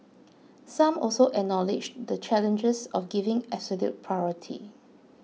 some also acknowledged the challenges of giving absolute priority